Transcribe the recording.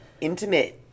intimate